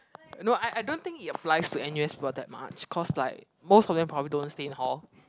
no I I don't think it applies to N_U_S for that much cause like most of them probably don't stay in hall